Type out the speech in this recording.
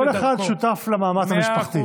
כן, כל אחד שותף למאמץ המשפחתי.